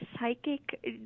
psychic